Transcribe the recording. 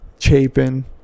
Chapin